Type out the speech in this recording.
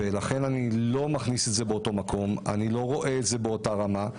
לכן אני לא מכניס את זה לאותו מקום ולא רואה את זה באותה רמה.